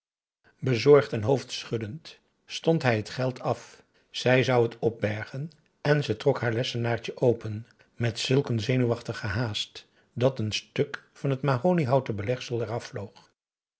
bezorgd en hoofdschuddend stond hij het geld af zij zou het opbergen en ze trok haar lessenaartje open met zulk een zenuwachtige haast dat een stuk van het mahoniehouten belegsel eraf vloog